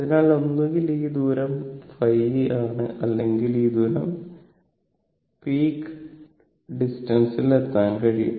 അതിനാൽ ഒന്നുകിൽ ഈ ദൂരം ϕ ആണ് അല്ലെങ്കിൽ ഈ ദൂരം പപീക്ക് ഡിസ്റ്റൻസിൽ എത്താൻ കഴിയും